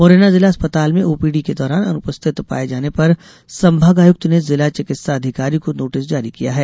मुरैना जिला अस्पताल में ओपीडी के दौरान अनुपस्थित पाये जाने पर संभाग आयुक्त ने जिला चिकित्सा अधिकारी को नोटिस जारी किया है